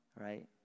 right